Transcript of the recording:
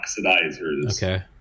oxidizers